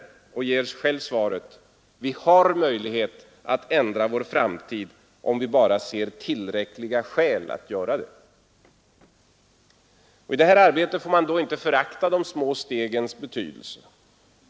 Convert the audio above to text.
Hon ger själv svaret: Vi har möjlighet att ändra vår framtid om vi bara ser tillräckliga skäl att göra det. I det här arbetet får man då inte förakta de små stegens betydelse.